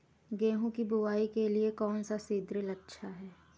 गेहूँ की बुवाई के लिए कौन सा सीद्रिल अच्छा होता है?